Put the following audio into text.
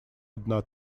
одна